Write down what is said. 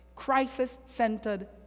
crisis-centered